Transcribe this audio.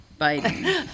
Biden